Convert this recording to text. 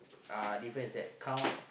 uh difference is that count